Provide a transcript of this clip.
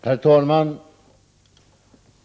Herr talman!